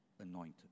anointed